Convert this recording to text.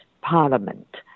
parliament